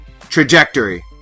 Trajectory